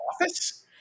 Office